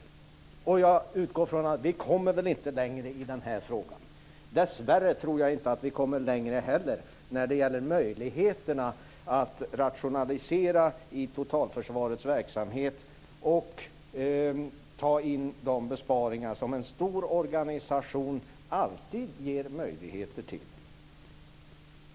Det är det jag vänder mig emot i Sven Lundbergs resonemang. Jag utgår från att vi inte kommer längre i den här frågan. Dessvärre tror jag att vi inte heller kommer längre när det gäller möjligheterna att rationalisera i totalförsvarets verksamhet och ta in de besparingar som en stor organisation alltid ger möjligheter till.